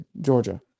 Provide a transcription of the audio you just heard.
Georgia